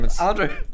Andrew